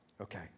Okay